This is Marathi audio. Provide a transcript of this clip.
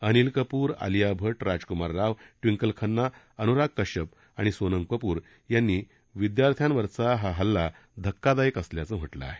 अनिल कप्र आलिया भट राजक्मार राव टिवंकल खन्ना अन्राग कश्यप आणि सोनम कप्र यांनी विद्यार्थ्यावरचा हा हल्ला धक्कादायक असल्याचं म्हटलं आहे